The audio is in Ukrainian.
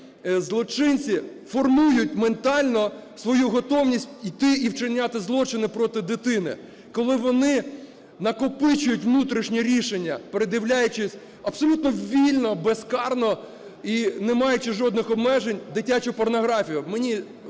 злочинці формують ментально свою готовність йти і вчиняти злочини проти дитини, коли вони накопичують внутрішнє рішення, передивляючись абсолютно вільно, безкарно і не маючи жодних обмежень дитячу порнографію.